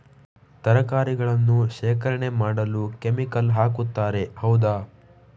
ತರಕಾರಿಗಳನ್ನು ಶೇಖರಣೆ ಮಾಡಲು ಕೆಮಿಕಲ್ ಹಾಕುತಾರೆ ಹೌದ?